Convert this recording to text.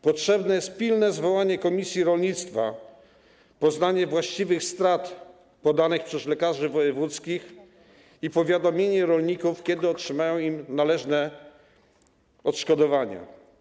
Potrzebne jest pilne zwołanie komisji rolnictwa, poznanie właściwych strat podanych przez lekarzy wojewódzkich i powiadomienie rolników, kiedy otrzymają należne im odszkodowania.